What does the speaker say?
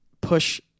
push